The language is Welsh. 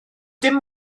dim